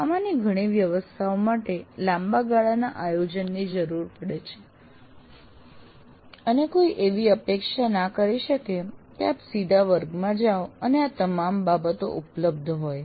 આમાંની ઘણી વ્યવસ્થાઓ માટે લાંબા ગાળાના આયોજનની જરૂર પડે છે અને કોઈ એવી અપેક્ષા ના કરી શકે કે આપ સીધા વર્ગમાં જાઓ અને આ તમામ બાબતો ઉપલબ્ધ હોય